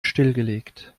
stillgelegt